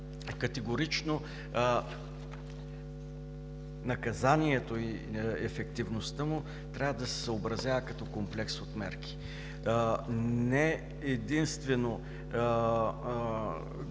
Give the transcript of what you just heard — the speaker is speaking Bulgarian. категорично наказанието и ефективността му трябва да се съобразява като комплекс от мерки. Не единствено